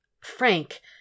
Frank